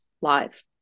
live